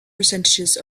percentages